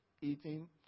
eating